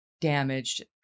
damaged